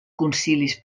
concilis